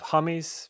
Hummies